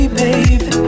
baby